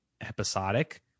episodic